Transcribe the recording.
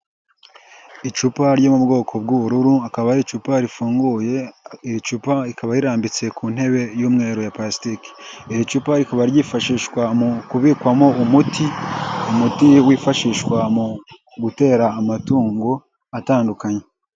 Icupa ryo mu bwoko bw'ubururu, akaba ari icupa rifunguye, iri cupa rikaba rirambitse ku ntebe y'umweru, ya pulasitike. Iri cupa rikaba ryifashishwa mu kubikwamo umuti, umuti wifashishwa mu gutera amatungo atandukanye.